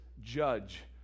judge